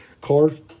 cars